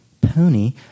Pony